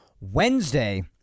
Wednesday